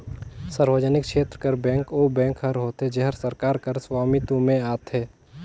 सार्वजनिक छेत्र कर बेंक ओ बेंक हर होथे जेहर सरकार कर सवामित्व में आथे